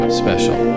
special